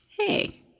Hey